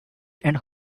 and